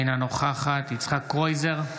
אינה נוכחת יצחק קרויזר,